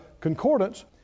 concordance